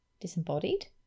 disembodied